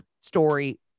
story